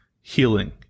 healing